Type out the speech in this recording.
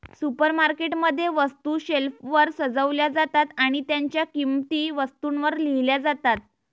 supermarket मध्ये, वस्तू शेल्फवर सजवल्या जातात आणि त्यांच्या किंमती वस्तूंवर लिहिल्या जातात